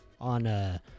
On